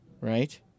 Right